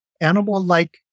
animal-like